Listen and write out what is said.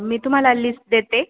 मी तुम्हाला लिस्ट देते